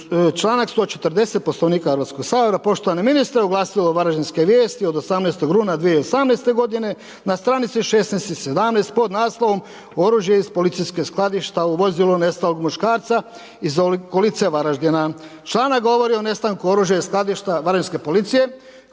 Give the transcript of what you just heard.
Članak 140. Poslovnika Hrvatskoga sabora, poštovani ministre u glasilu Varaždinske vijesti od 18. rujna2018. godine na str. 16 i 17 pod naslovom – Oružje iz policijske skladišta u vozilu nestalog muškarca iz okolice Varaždina. Članak govori o nestanku oružja iz skladišta Varaždinske policije,